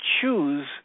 choose